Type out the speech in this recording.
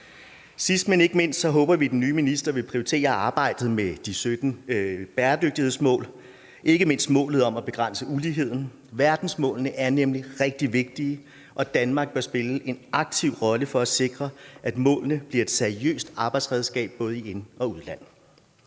Sidst, men ikke mindst, håber vi, at den nye minister vil prioritere arbejdet med de 17 bæredygtighedsmål, ikke mindst målet om at begrænse uligheden. Verdensmålene er nemlig rigtig vigtige, og Danmark bør spille en aktiv rolle for at sikre, at målene bliver et seriøst arbejdsredskab både i ind- og udland.